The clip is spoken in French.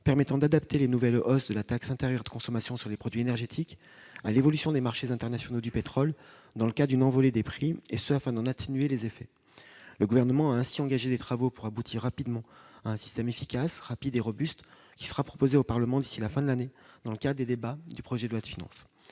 permettant d'adapter les nouvelles hausses de la taxe intérieure de consommation sur les produits énergétiques à l'évolution des marchés internationaux du pétrole dans le cas d'une envolée des prix, cela afin d'en atténuer les effets. Le Gouvernement a ainsi engagé des travaux pour aboutir rapidement à un système efficace et robuste, qui sera soumis au Parlement d'ici à la fin de l'année dans le cadre des débats sur le projet de loi de finances.